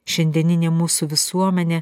šiandieninė mūsų visuomenė